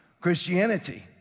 Christianity